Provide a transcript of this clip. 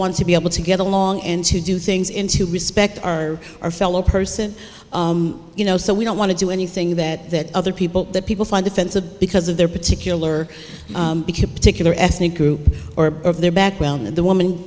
want to be able to get along and to do things in to respect our our fellow person you know so we don't want to do anything that other people that people find offensive because of their particular particular ethnic group or of their background and the woman